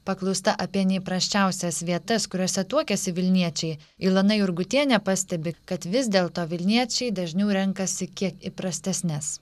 paklausta apie neįprasčiausias vietas kuriose tuokiasi vilniečiai ilona jurgutienė pastebi kad vis dėlto vilniečiai dažniau renkasi kiek įprastesnes